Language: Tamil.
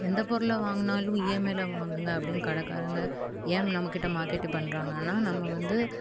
எந்த பொருளை வாங்கினாலும் இஎம்ஐல வாங்குங்க அப்படின்னு கடைக்காரங்க ஏன் நம்மகிட்ட மார்க்கெட்டிங் பண்ணுறாங்கன்னா நம்ம வந்து